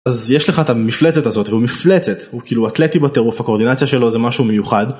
אז יש לך את המפלצת הזאת והוא מפלצת, הוא כאילו אתלטי בטירוף, הקואורדינציה שלו זה משהו מיוחד.